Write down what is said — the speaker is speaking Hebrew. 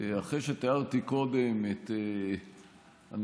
אחרי שתיארתי קודם את הנסיבות,